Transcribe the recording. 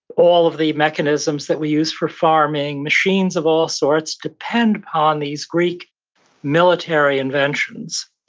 all of the mechanisms that we use for farming, machines of all sorts depend upon these greek military inventions.